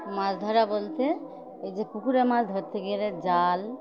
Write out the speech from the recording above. মাছ ধরা বলতে এই যে পুকুরে মাছ ধরতে গেলে জাল